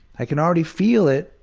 i can already feel it,